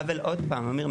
אבל עוד פעם אמיר,